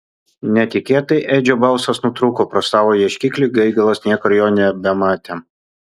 netikėtai edžio balsas nutrūko pro savo ieškiklį gaigalas niekur jo nebematė